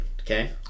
okay